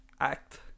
act